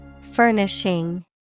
Furnishing